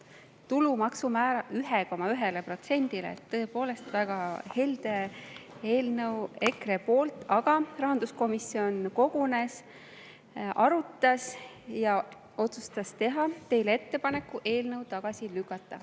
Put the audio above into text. tulumaksu määra 1,1%-le. Tõepoolest, väga helde eelnõu EKRE-lt, aga rahanduskomisjon kogunes, arutas ja otsustas teha teile ettepaneku eelnõu tagasi lükata.